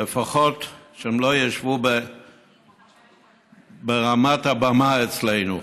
לפחות שהם לא ישבו ברמת הבמה אצלנו,